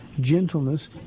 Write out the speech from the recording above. gentleness